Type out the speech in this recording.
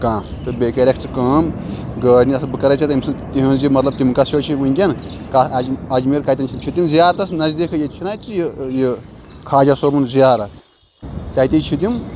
کانٛہہ تہٕ بیٚیہِ کَرٮ۪کھ ژٕ کٲم گٲڑۍ بہٕ کَرَے ژےٚ تٔمۍ سٕنٛز تِہِنٛز یہِ مطلب تِم چھِ وٕنۍکٮ۪ن کَتھ اَج اَجمیٖر کَتٮ۪ن چھِ تِم زیارتَس نزدیٖکٕے ییٚتہِ چھِنَہ اَتہِ یہِ یہِ خواجَہ صٲبُن زیارَت تَتی چھِ تِم